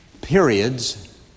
periods